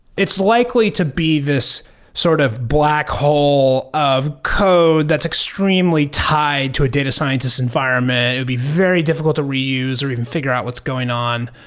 it's likely to be this sort of black hole of code that's extremely tied to a data scientist environment. it would be very difficult to reuse, or even figure out what's going on,